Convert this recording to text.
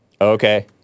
Okay